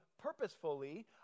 purposefully